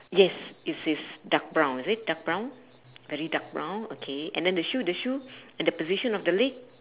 yes it's it's dark brown is it dark brown very dark brown okay and then the shoe the shoe and the position of the leg